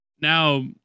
Now